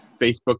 Facebook